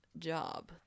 Job